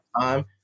time